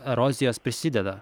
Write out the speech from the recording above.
erozijos prisideda